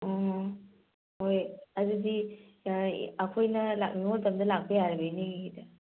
ꯑꯣ ꯍꯣꯏ ꯑꯗꯨꯗꯤ ꯑꯩꯈꯣꯏꯅ ꯂꯥꯛꯅꯤꯡꯕ ꯃꯇꯝꯗ ꯂꯥꯛꯄ ꯌꯥꯔꯦꯕ ꯏꯅꯦꯒꯤꯗ